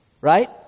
Right